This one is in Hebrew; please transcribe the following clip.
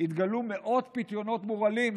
התגלו מאות פיתיונות מורעלים,